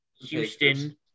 Houston